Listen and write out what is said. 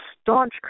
staunch